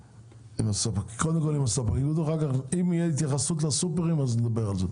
אם תהיה התייחסות לסופרים אז נדבר על זה.